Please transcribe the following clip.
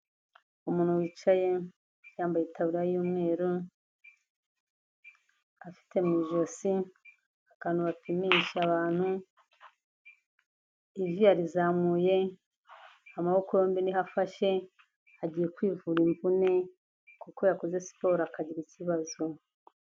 Umuntu wicaye, yambaye itaburiya y'umweru, afite mu ijosi, akantu bapimisha abantu, ivi yarizamuye amaboko yombi ni ho afashe, agiye kwivura imvune kuko yakoze siporo akagira ikibazo.